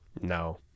No